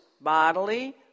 bodily